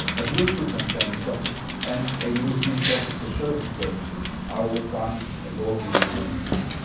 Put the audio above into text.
a bluetooth antenna socket and a usb socket for service purposes are all found above the audio inputs.